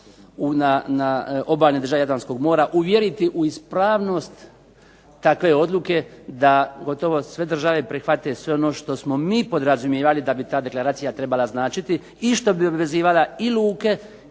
obalne države Jadranskog mora, uvjeriti u ispravnost takve odluke da gotovo sve države prihvate sve ono što smo mi podrazumijevali da bi ta deklaracija trebala značiti i što bi obvezivala i luke